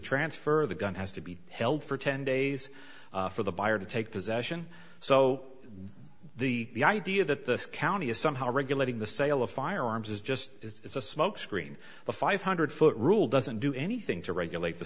transfer the gun has to be held for ten days for the buyer to take possession so the idea that this county is somehow regulating the sale of firearms is just it's a smokescreen the five hundred foot rule doesn't do anything to regulate the